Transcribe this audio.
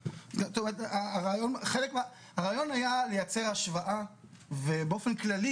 הרעיון היה לייצר השוואה ובאופן כללי